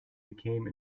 became